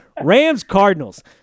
Rams-Cardinals